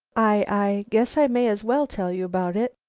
i guess i may as well tell you about it.